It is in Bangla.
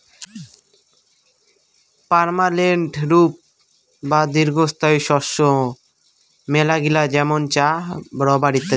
পার্মালেন্ট ক্রপ বা দীর্ঘস্থায়ী শস্য মেলাগিলা যেমন চা, রাবার ইত্যাদি